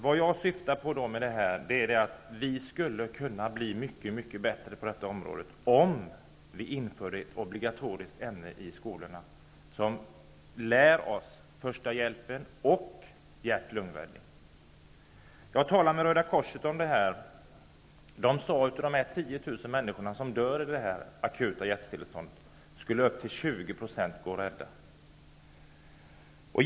Vad jag syftar till med denna redogörelse är att peka på att vi skulle kunna bli mycket bättre på detta område om vi införde ett obligatoriskt ämne i skolan där vi lär oss första hjälpen och hjärt och lungräddning. Jag har talat med Röda korset om detta. Man sade där att av 10 000 människor som dör av akut hjärtstillestånd skulle upp till 20 % gå att rädda.